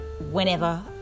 whenever